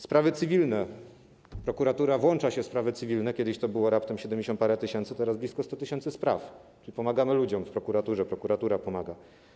Sprawy cywilne - prokuratura włącza się w sprawy cywilne, kiedyś to było raptem siedemdziesiąt parę tysięcy, teraz jest blisko 100 tys. spraw, a więc pomagamy ludziom w prokuraturze, prokuratura pomaga.